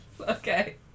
Okay